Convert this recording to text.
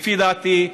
לפי דעתי,